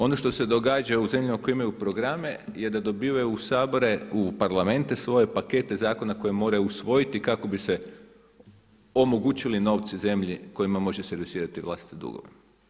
Ono što se događa u zemljama koje imaju programe je da dobivaju u parlamente svoje pakete zakona koje moraju usvojiti kako bi se omogućili novci zemlji kojima može servisirati vlastite dugove.